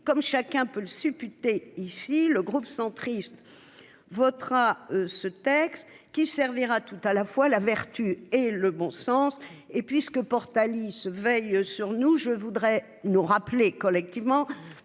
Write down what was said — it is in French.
comme chacun peut le supputer ici le groupe centriste votera ce texte qui servira tout à la fois la vertu et le bon sens et puisque Portalis veillent sur nous. Je voudrais nous rappeler collectivement